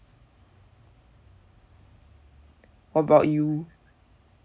what about you